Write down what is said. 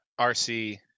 RC